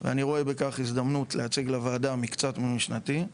ואני רואה בכך הזדמנות להציג לוועדה מקצת ממשנתי,